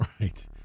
right